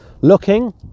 looking